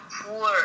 poor